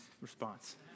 response